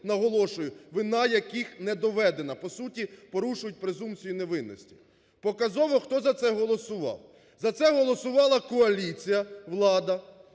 наголошую, вина яких не доведена, по суті порушують презумпцію невинності. Показово, хто за це голосував: за це голосувала коаліція, влада,